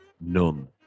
None